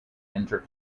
inter